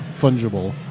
fungible